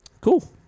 Cool